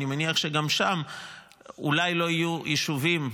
ואני מניח שגם שם אולי לא יהיו יישובים,